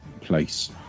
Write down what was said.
place